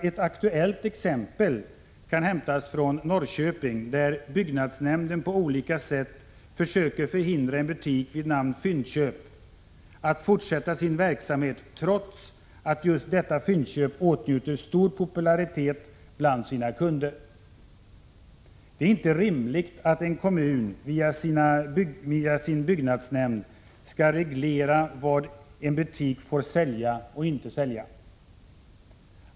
Ett aktuellt exempel kan hämtas från Norrköping, där byggnadsnämnden på olika sätt försöker hindra en butik vid namn Fyndköp att fortsätta sin verksamhet, trots att just Fyndköp åtnjuter stor popularitet bland sina kunder. Det är inte rimligt att en kommun genom sin byggnadsnämnd skall reglera vad en butik får sälja eller inte sälja.